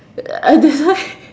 uh that's why